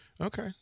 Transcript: Okay